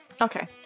Okay